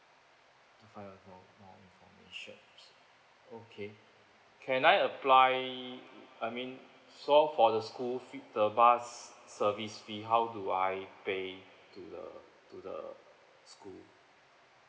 to find out more information okay can I apply I mean so for the eschool fee~ the bus service fee how do I pay to the to the school